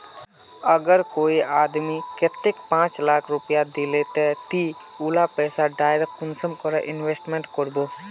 अगर कोई आदमी कतेक पाँच लाख रुपया दिले ते ती उला पैसा डायरक कुंसम करे इन्वेस्टमेंट करबो?